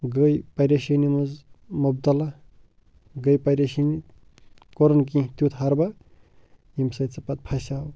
گٔے پریشٲنی منٛز مُبتلا گٔے پَریشٲنی کوٚرُن کیٚنہہ تیُتھ ہربا ییٚمہِ سۭتۍ سُہ پتہٕ پھسیو